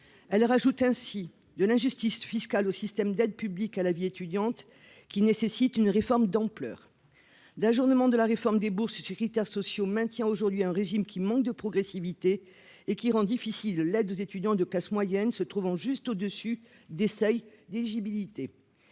elle rajoute ainsi de l'injustice fiscale au système d'aides publiques à la vie étudiante, qui nécessite une réforme d'ampleur d'ajournement de la réforme des bourses Chiquita sociaux maintient aujourd'hui un régime qui manque de progressivité et qui rend difficile l'aide aux étudiants de classes moyennes se trouvant juste au-dessus des seuils d'éligibilité,